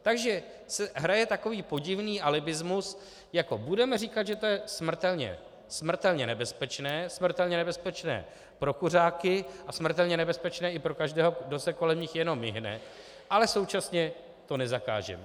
Takže se hraje takový podivný alibismus jako: budeme říkat, že to je smrtelně nebezpečné, smrtelně nebezpečné pro kuřáky a smrtelně nebezpečné i pro každého, kdo se kolem nich jenom mihne, ale současně to nezakážeme.